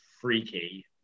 freaky